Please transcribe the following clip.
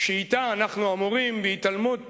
שאתה אנחנו אמורים, בהתעלמות